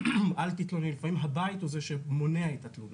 אל תתלונני ולפעמים הבית הוא זה שמונע את התלונה.